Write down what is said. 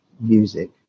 music